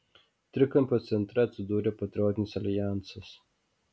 trikampio centre atsidūrė patriotinis aljansas